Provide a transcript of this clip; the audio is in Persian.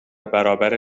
برابر